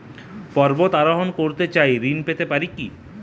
পর্বত আরোহণ করতে চাই ঋণ পেতে পারে কি?